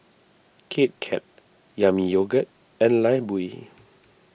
Kit Kat Yami Yogurt and Lifebuoy